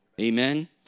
Amen